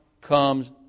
comes